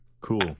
Cool